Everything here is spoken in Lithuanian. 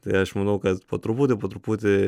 tai aš manau kad po truputį po truputį